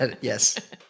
Yes